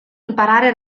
imparare